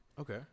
Okay